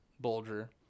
Bulger